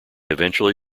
eventually